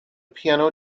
piano